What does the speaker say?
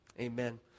Amen